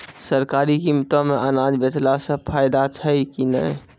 सरकारी कीमतों मे अनाज बेचला से फायदा छै कि नैय?